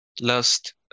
last